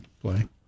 play